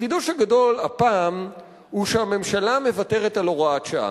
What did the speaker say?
החידוש הגדול הפעם הוא שהממשלה מוותרת על הוראת שעה.